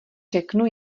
řeknu